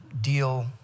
deal